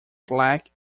black